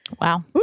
Wow